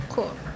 Cool